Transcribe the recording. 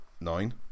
nine